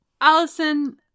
Allison